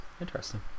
interesting